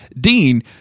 Dean